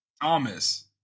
thomas